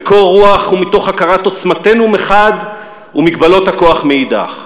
בקור רוח ומתוך הכרת עוצמתנו מחד גיסא ומגבלות הכוח מאידך גיסא.